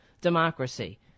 democracy